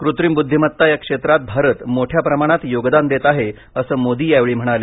कृत्रिम बुद्धिमत्ता या क्षेत्रात भारत मोठ्या प्रमाणात योगदान देत आहे असं मोदी यावेळी म्हणाले